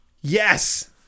Yes